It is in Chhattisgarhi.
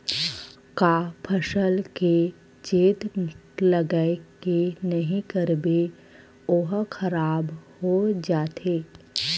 का फसल के चेत लगय के नहीं करबे ओहा खराब हो जाथे?